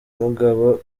mugabo